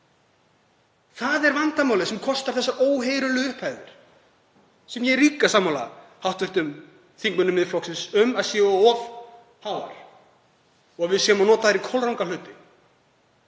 Það er vandamálið sem kostar þessar óheyrilegu upphæðir, sem ég er líka sammála hv. þingmönnum Miðflokksins um að séu of háar og að við séum að nota þær í kolranga hluti.